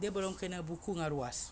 dia belum kena buku dengan ruas